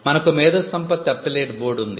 మనకు మేధో సంపత్తి అప్పీలేట్ బోర్డు ఉంది